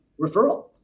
referral